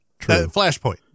flashpoint